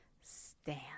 stand